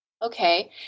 Okay